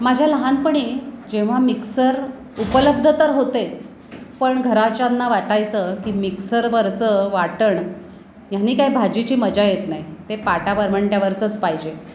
माझ्या लहानपणी जेव्हा मिक्सर उपलब्ध तर होते पण घरच्यांना वाटायचं की मिक्सरवरचं वाटण ह्याने काही भाजीची मजा येत नाही ते पाटा वरवंट्यावरचंच पाहिजे